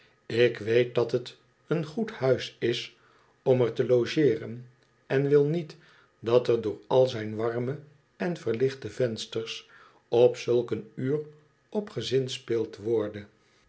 ik weet dat het een goed huis is om er te logeeren en wil niet dat er door al zijn warme en verlichte vensters op zulk een uur op gezinspeeld worde